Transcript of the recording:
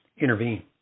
intervene